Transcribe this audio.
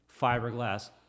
fiberglass